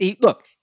Look